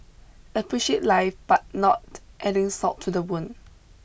appreciate life but not adding salt to the wound